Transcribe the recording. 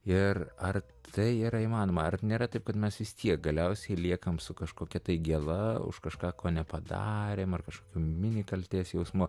ir ar tai yra įmanoma ar nėra taip kad mes vis tiek galiausiai liekam su kažkokia tai gėla už kažką ko nepadarėm ar kažkokių mini kaltės jausmų